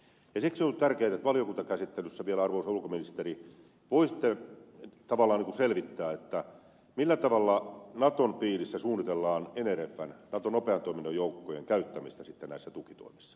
siksi on tärkeätä että valiokuntakäsittelyssä vielä arvoisa ulkoministeri voisitte tavallaan selvittää millä tavalla naton piirissä suunnitellaan nrfn naton nopean toiminnan joukkojen käyttämistä näissä tukitoimissa vai suunnitellaanko lainkaan